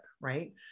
Right